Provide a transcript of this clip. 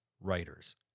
writers